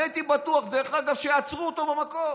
אני הייתי בטוח שיעצרו אותו במקום.